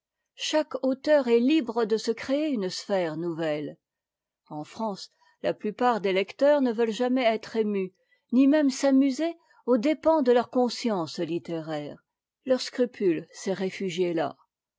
chaque auteur est libre de se créer une sphère nouvetfe en france la plupart des lecteurs ne veulent jamais être émus ni même s'amuser aux dépens de leur conscience httéraire leur scrupule s'est réfugié à